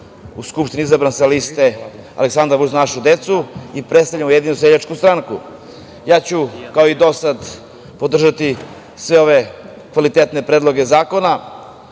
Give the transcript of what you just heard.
u Skupštini izabran sa liste „Aleksandar Vučić – Za našu decu“ i predstavljam Ujedinjenu seljačku stranku. Ja ću, kao i do sada, podržati sve ove kvalitetne predloge zakona